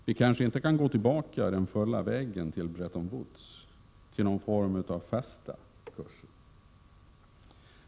Vi kanske inte kan gå tillbaka hela vägen till Bretton Woods eller till någon — Prot. 1987/88:122 form av fasta kurser.